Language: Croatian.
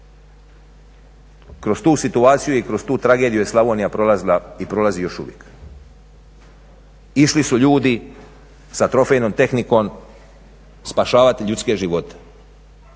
Kroz tu situaciju i kroz tu tragediju je Slavonija prolazila i prolazi još uvijek. Išli su ljudi sa trofejnom tehnikom spašavati ljudske živote.